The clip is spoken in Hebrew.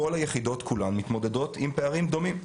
כל היחידות כולן מתמודדות עם פערים דומים,